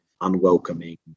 unwelcoming